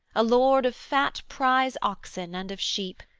a lord of fat prize-oxen and of sheep,